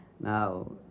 Now